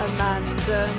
Amanda